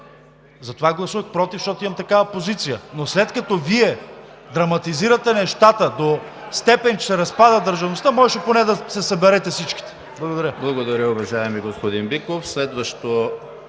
Затова гласувах „против“, защото имам такава позиция, но след като Вие драматизирате нещата до степен, че се разпада държавността, можеше поне да се съберете всичките. Благодаря.